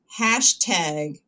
hashtag